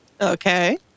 Okay